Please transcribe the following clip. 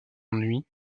ennui